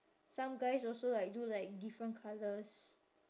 some guys also like do like different colours